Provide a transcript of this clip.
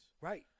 right